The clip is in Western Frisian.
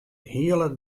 hiele